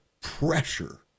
pressure